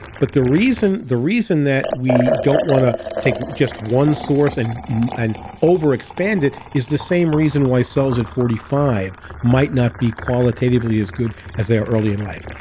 but the reason the reason that we don't want to take just one source and and over expand it is the same reason why cells at forty five might not be qualitatively as good as they are early in life.